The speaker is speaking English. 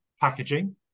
packaging